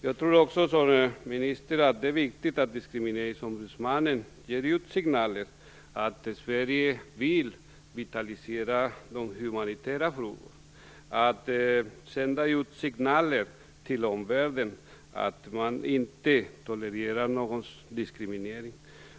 Jag tror också liksom ministern att det är viktigt att Diskrimineringsombudsmannen sänder ut signaler till omvärlden om att Sverige vill vitalisera de humanitära frågorna och inte tolererar någon diskriminering.